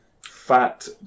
Fat